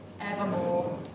evermore